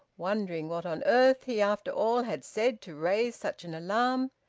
wondering what on earth he after all had said to raise such an alarm,